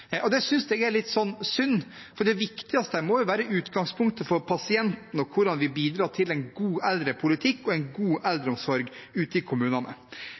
Det synes jeg er litt synd, for det viktigste her må jo være utgangspunktet for pasientene og hvordan vi bidrar til en god eldrepolitikk og en god eldreomsorg ute i kommunene.